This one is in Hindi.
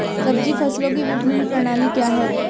सब्जी फसलों की विपणन प्रणाली क्या है?